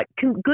good